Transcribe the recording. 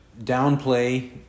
downplay